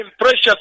precious